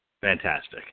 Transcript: Fantastic